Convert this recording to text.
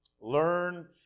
Learn